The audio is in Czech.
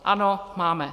Ano, máme.